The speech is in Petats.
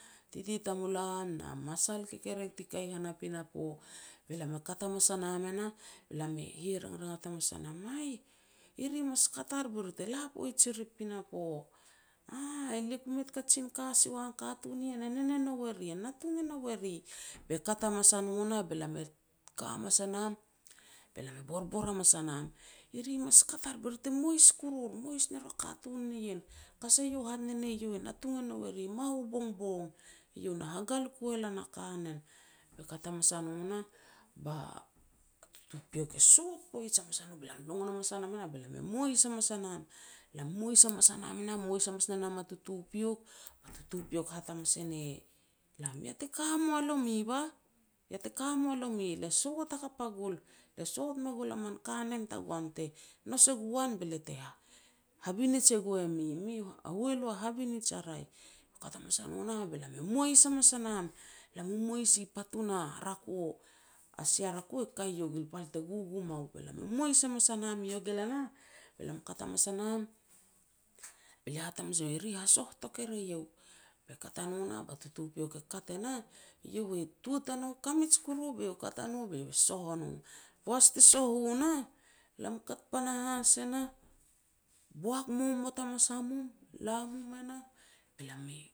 titi tamulam na masal u kekerek ti kai i han a pinapo. Be lam e kat hamas a nam e nah, be lam e hia ranrangat hamas a nam, "Eih, e ri mas kat ar be ri te la poij er i pinapo", "Aah, le ku mei taka kajin ka si wa ien katun nien e nen e nou eri e natung e nou e ri." Be kat hamas a no nah be lam e ka hamas a nam, be lam e borbor hamas a nam, "E ri mas kat ar be ri te mois kurur mois ne ru a katun nien ka sah eiau e hat e ne ne iau e natung e nou eri mahu bongbong, iau na hangal ku e lan a kanen." Be kat hamas a no nah, be tutupiok e sot poij hamas a no be lam longon hamas a nam e nah be lam e mois hamas a nam. Lam mois hamas a nam e nah mois hamas ne nam a tutupiok, ba tutupiok e hat hamas e ne lam, ia te ka moa lomi bah, ia te ka moa lomi, le sot hakap a gul, le sot me gul a man kanen tagoan te nous e gu an be lia te habinij e gue mi, mi a hualu a habinij a raeh. Be kat hamas a no nah be lam e mois hamas a nam. Lam i mois i patun a rako, a sia rako e kaia iogil pal te gugum au, be lam e mois hamas a nam i iogil e nah, be lam e kat hamas a nam, be lia hat hamas a nouk, "E ri hasoh tok er eiau." Be kat a no nah ba tutupiok e kat e nah, iau e, tua tanou kamij kuru be soh o no. Poaj te soh u nah, lam kat panahas e nah, boak momot hamas a mum, la mum e nah, be lam e